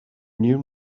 new